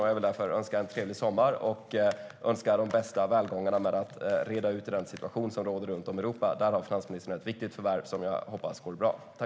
Jag vill därför önska en trevlig sommar och önska bästa välgång med att reda ut den situation som råder runt om i Europa. Där har finansministern ett viktigt värv som jag hoppas går bra.